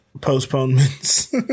postponements